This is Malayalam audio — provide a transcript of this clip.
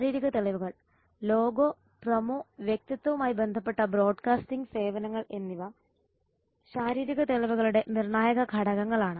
ശാരീരിക തെളിവുകൾ ലോഗോ പ്രൊമോ വ്യക്തിത്വവുമായി ബന്ധപ്പെട്ട ബ്രോഡ്കാസ്റ്റിംഗ് സേവനങ്ങൾ എന്നിവ ശാരീരിക തെളിവുകളുടെ നിർണായക ഘടകങ്ങളാണ്